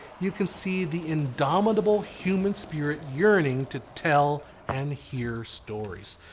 you can see the indomitable human spirit yearning to tell and hear stories.